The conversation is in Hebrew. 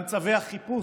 גם צווי החיפוש,